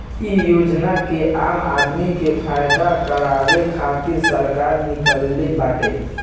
इ योजना के आम आदमी के फायदा करावे खातिर सरकार निकलले बाटे